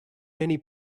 many